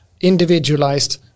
individualized